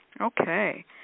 Okay